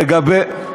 לגבי,